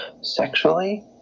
sexually